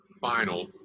final